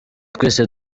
twese